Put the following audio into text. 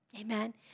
Amen